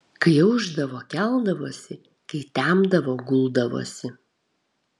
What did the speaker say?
kai aušdavo keldavosi kai temdavo guldavosi